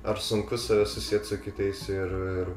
ar sunku save susiet su kitais ir ir